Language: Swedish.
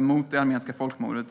mot det armeniska folkmordet.